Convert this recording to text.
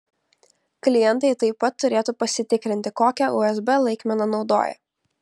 klientai taip pat turėtų pasitikrinti kokią usb laikmeną naudoja